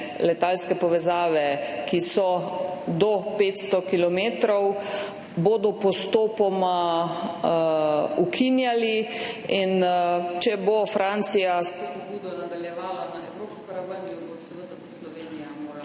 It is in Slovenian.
letalske povezave, ki so do 500 kilometrov, postopoma ukinjali. In če bo Francija s to pobudo nadaljevala na evropski ravni, se bo seveda Slovenija morala